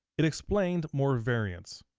it explained more variance,